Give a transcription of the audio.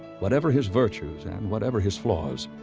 whatever his virtues and whatever his flaws,